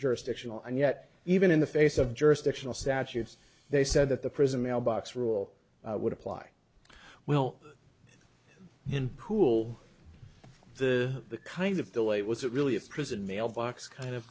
jurisdictional and yet even in the face of jurisdictional statutes they said that the prison mailbox rule would apply well in pool the the kind of delay was it really a prison mailbox kind of